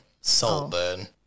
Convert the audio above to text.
Saltburn